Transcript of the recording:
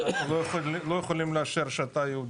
לא יכולים לאשר שאתה יהודי.